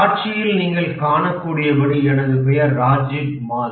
காட்சியில் நீங்கள் காணக்கூடியபடி எனது பெயர் ராஜீப் மால்